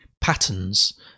patterns